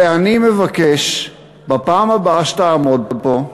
ואני מבקש, בפעם הבאה שתעמוד פה,